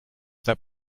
that